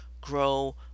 grow